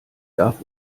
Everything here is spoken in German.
darf